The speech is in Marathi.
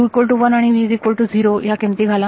u1 v0 या किमती घाला